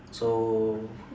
so